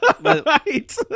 Right